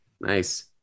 Nice